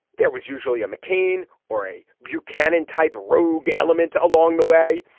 there was usually a mccain or a buchanan type rogue element along the way.